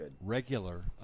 regular